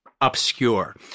obscure